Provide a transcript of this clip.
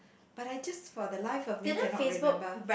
but I just for the life of me cannot remember